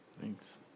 Thanks